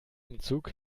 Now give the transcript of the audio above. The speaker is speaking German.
umzug